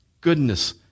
goodness